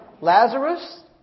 Lazarus